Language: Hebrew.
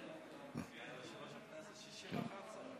ליושב-ראש הכנסת, 61 צריך.